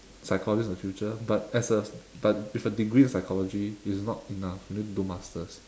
psychologist in the future but as a but with a degree in psychology it's not enough you need to do masters